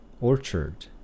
orchard